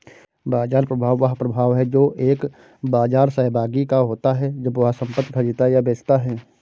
बाजार प्रभाव वह प्रभाव है जो एक बाजार सहभागी का होता है जब वह संपत्ति खरीदता या बेचता है